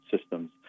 systems